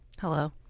Hello